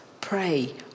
pray